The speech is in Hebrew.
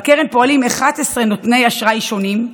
בקרן פועלים 11 נותני אשראי שונים,